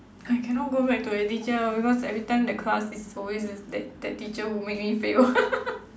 I cannot go back to that teacher because every time that class is always has that that teacher who make me fail